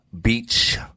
beach